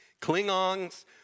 Klingons